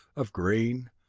of green,